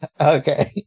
Okay